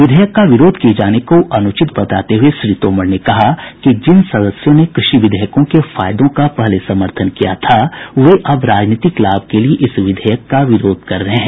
विधेयक का विरोध किए जाने को अनुचित बताते हुए श्री तोमर ने कहा कि जिन सदस्यों ने कृषि विघेयकों के फायदों का पहले समर्थन किया था वे अब राजनीतिक लाभ के लिए इस विधेयक का विरोध कर रहे हैं